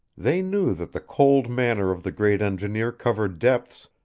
they knew that the cold manner of the great engineer covered depths,